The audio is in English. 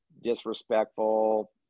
disrespectful